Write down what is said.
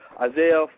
Isaiah